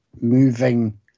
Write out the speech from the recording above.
moving